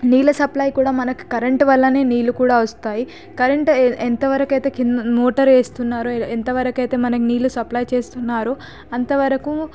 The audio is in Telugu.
నీళ్ల సప్లై కూడా మనకి కరెంటు వల్లనే నీళ్లు కూడా వస్తాయి కరెంట్ ఎంత వరకైతే మోటార్ వేస్తున్నారో ఎంత వరకైతే మనకి నీళ్లు సప్లై చేస్తున్నారో అంత వరకు